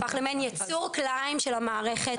הפך למין ייצור כלאיים של המערכת.